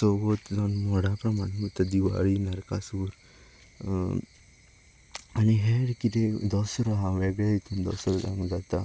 चवथ म्हण व्हडा प्रमाणान जाता दिवाळी नरकासूर आनी हेर कितें दसरो आसा वेगळे हेतून दसरो जाता